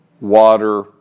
water